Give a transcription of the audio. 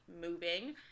moving